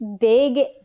big